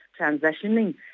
transitioning